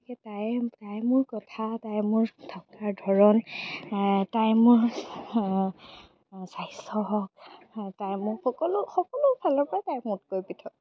সেই তাই তাইৰ মোৰ কথা তাইৰ মোৰ থকাৰ ধৰণ তাইৰ মোৰ স্বাস্থ্য হওক তাইৰ মোৰ সকলো সকলো ফালৰ পৰাই তাই মোতকৈ পৃথক